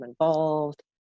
involved